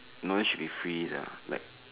knowledge should be free sia like